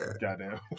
Goddamn